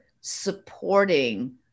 supporting